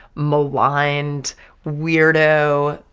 maligned weirdo,